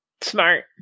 Smart